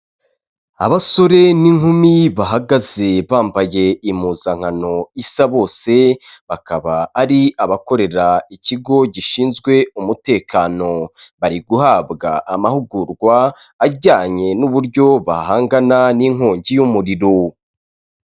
Abasore n'inkumi bahagaze bambaye impuzankano isa bose bakaba ari abakorera ikigo gishinzwe umutekano, bari guhabwa amahugurwa ajyanye n'uburyo bahangana n'inkongi y'umuriro.